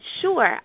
Sure